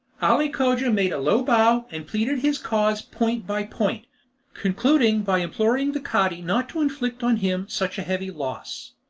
ali cogia made a low bow, and pleaded his cause point by point concluding by imploring the cadi not to inflict on him such a heavy loss.